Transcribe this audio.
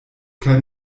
kein